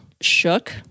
Shook